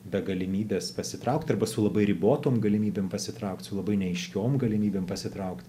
be galimybės pasitraukti arba su labai ribotom galimybėm pasitraukti su labai neaiškiom galimybėm pasitraukt